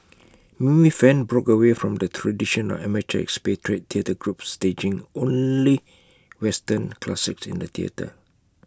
Mimi fan broke away from A tradition of amateur expatriate theatre groups staging only western classics in the theatre